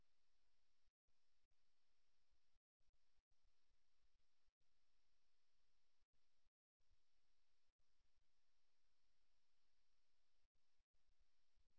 அதே சமயம் இந்த நிலைப்பாட்டின் அசைவற்ற தன்மை ஒரு குறிப்பிட்ட உறுதிப்பாட்டைக் குறிக்கிறது ஏனெனில் இந்த நிலைப்பாட்டைத் தேர்வுசெய்தவர் உரையாடலின் மூலம் உட்கார்ந்து கொள்வார் பேச்சுவார்த்தைகளை நடுவில் விட்டுவிட்டு வெளியேற மாட்டார்